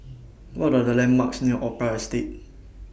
What Are The landmarks near Opera Estate